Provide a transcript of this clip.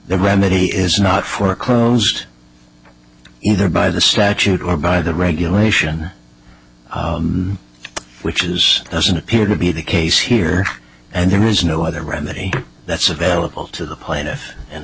the remedy is not foreclosed either by the statute or by the regulation which is doesn't appear to be the case here and there is no other remedy that's available to the plaintiff and